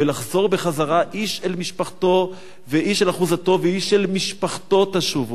ולחזור בחזרה איש אל משפחתו ו"איש אל אחזתו ואיש אל משפחתו תשבו".